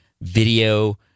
video